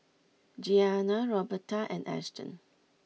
Gianna Roberta and Ashton